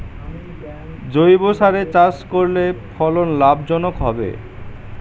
জৈবসারে চাষ করলে ফলন লাভজনক হবে?